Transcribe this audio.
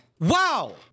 Wow